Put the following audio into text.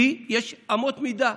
כי יש אמות מידה: